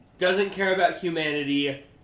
doesn't-care-about-humanity